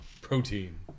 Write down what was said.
Protein